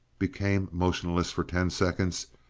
became motionless for ten seconds,